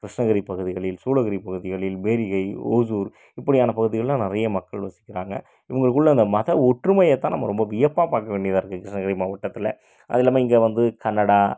கிருஷ்ணகிரி பகுதிகளில் சூளகிரி பகுதிகளில் பேரிகை ஓசூர் இப்படியான பகுதிகள்லாம் நிறைய மக்கள் வசிக்கிறாங்க இவங்களுக்குள்ள அந்த மத ஒற்றுமையை தான் நம்ம ரொம்ப வியப்பாக பார்க்க வேண்டியதாக இருக்குது கிருஷ்ணகிரி மாவட்டத்தில் அதுவும் இல்லாமல் இங்கே வந்து கன்னடா